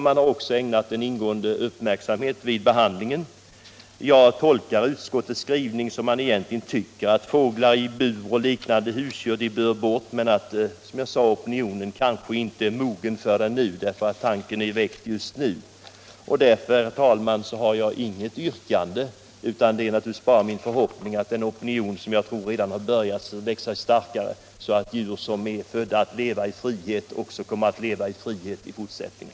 Jag tolkar, som jag sagt, utskottets skrivning som om man egentligen tycker att fåglar i bur och liknande husdjur bör bort men att opinionen kanske inte är mogen för detta ännu, eftersom tanken har väckts just nu. Därför, herr talman, har jag inget yrkande, men det är naturligtvis min förhoppning att den opinion som jag tror redan börjat komma skall växa sig starkare, så att djur som är födda att leva i frihet också kommer att få leva i frihet i fortsättningen.